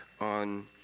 on